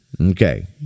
Okay